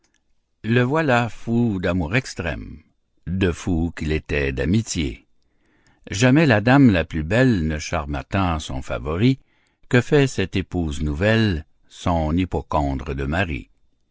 le voilà fou d'amour extrême de fou qu'il était d'amitié jamais la dame la plus belle ne charma tant son favori que fait cette épouse nouvelle son hypocondre de mari